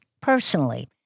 personally